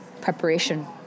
preparation